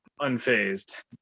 unfazed